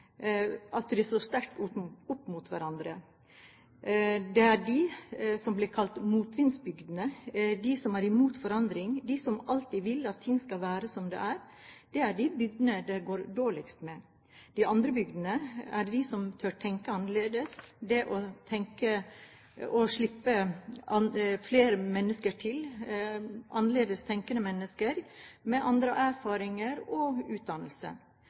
opp mot hverandre. De bygdene som blir kalt motvindsbygdene, de som er imot forandring, de som alltid vil at ting skal være som det er, er de bygdene det går dårligst med. De andre bygdene er de som tør å tenke annerledes og slippe flere mennesker til – annerledes tenkende mennesker, med andre erfaringer og annen utdannelse.